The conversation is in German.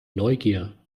neugier